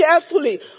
carefully